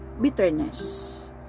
bitterness